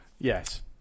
yes